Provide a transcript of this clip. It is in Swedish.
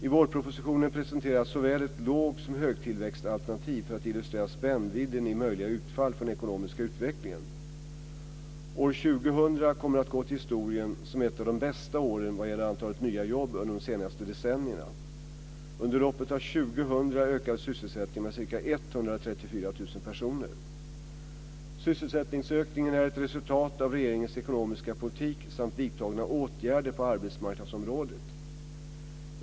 I vårpropositionen presenteras såväl ett låg som ett högtillväxtalternativ för att illustrera spännvidden i möjliga utfall för den ekonomiska utvecklingen. År 2000 kommer att gå till historien som ett av de bästa åren vad gäller antalet nya jobb under de senaste decennierna. Under loppet av år 2000 ökade sysselsättningen med ca 134 000 personer. Sysselsättningsökningen är ett resultat av regeringens ekonomiska politik samt vidtagna åtgärder på arbetsmarknadsområdet.